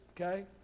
okay